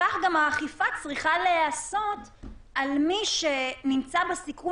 אז האכיפה צריכה להיעשות על מי שנמצא בסיכון